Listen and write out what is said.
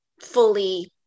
fully